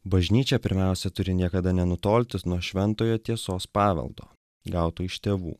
bažnyčia pirmiausia turi niekada nenutolti nuo šventojo tiesos paveldo gauto iš tėvų